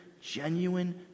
genuine